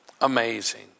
amazing